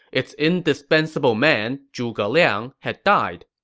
its indispensable man, zhuge liang, had died.